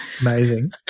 Amazing